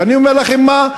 ואני אומר לכם מה,